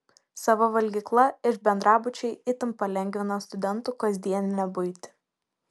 sava valgykla ir bendrabučiai itin palengvina studentų kasdieninę buitį